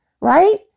right